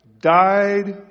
died